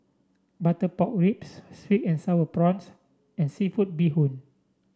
Butter Pork Ribs sweet and sour prawns and seafood Bee Hoon